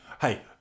Hey